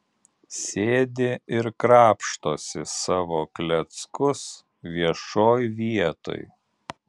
sėdi ir krapštosi savo kleckus viešoj vietoj